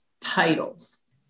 titles